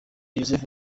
joseph